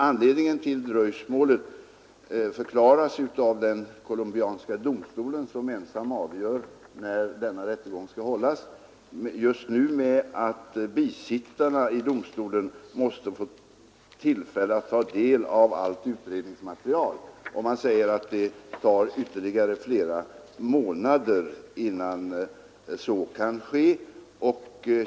Anledningen till dröjsmålet förklaras av den colombianska domstol, som ensam avgör när denna rättegång skall hållas, just nu vara att bisittarna i domstolen måste få tillfälle att ta del av allt utredningsmaterial. Man säger att det tar ytterligare flera månader innan så kan ske.